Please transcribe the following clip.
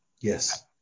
Yes